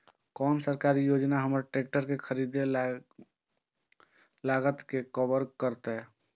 कोन सरकारी योजना हमर ट्रेकटर के खरीदय के लागत के कवर करतय?